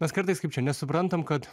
mes kartais kaip čia nesuprantam kad